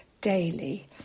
daily